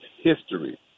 history